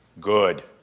good